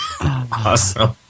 Awesome